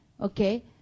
Okay